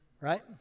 Right